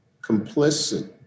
complicit